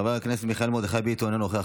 חבר הכנסת מיכאל מרדכי ביטון, אינו נוכח,